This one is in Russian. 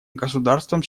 государствам